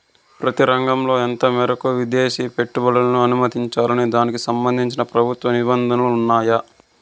ప్రతి రంగంలో ఎంత మేరకు విదేశీ పెట్టుబడులను అనుమతించాలన్న దానికి సంబంధించి ప్రభుత్వ నిబంధనలు ఉన్నాయా?